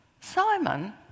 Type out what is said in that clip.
Simon